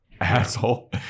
asshole